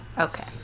Okay